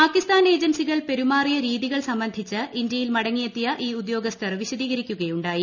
പാകിസ്ഥാൻ ഏജൻസികൾ പെരുമാറിയ രീതികൾ സംബന്ധിച്ച് ഇന്ത്യയിൽ മടങ്ങിയെത്തിയ ഈ ഉദ്യോഗസ്ഥർ വിശദീകരിക്കുകയുണ്ടായി